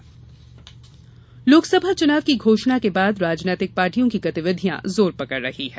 चुनावी गतिविधियां लोकसभा चुनाव की घोषणा के बाद राजनीतिक पार्टियों की गतिविधियां जोर पकड़ रही हैं